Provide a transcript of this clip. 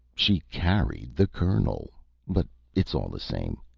she carried the colonel but it's all the same.